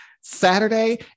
Saturday